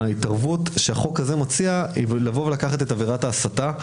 ההתערבות שהחוק הזה מציע היא לקחת את בירת ההסתה,